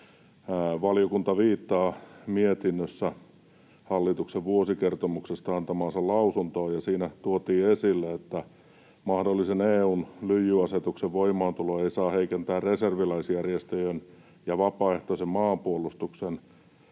valiokunta viittaa mietinnössä hallituksen vuosikertomuksesta antamaansa lausuntoon, jossa tuotiin esille, että mahdollisen EU:n lyijyasetuksen voimaantulo ei saa heikentää reserviläisjärjestöjen ja vapaaehtoisen maanpuolustuksen